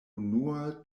unua